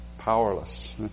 powerless